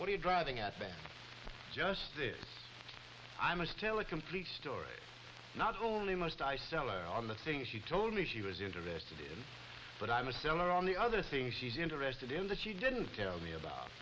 what you're driving at but just this i must tell a complete story not only must i sell or on the things she told me she was interested in but i'm a seller on the other things she's interested in that she didn't tell me about